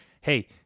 hey